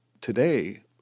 today